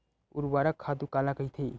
ऊर्वरक खातु काला कहिथे?